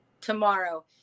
tomorrow